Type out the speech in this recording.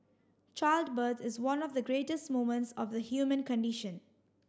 childbirth is one of the greatest moments of the human condition